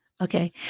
Okay